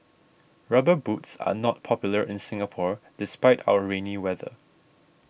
rubber boots are not popular in Singapore despite our rainy weather